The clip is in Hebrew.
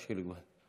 תרשה לי,